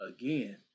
Again